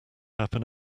happen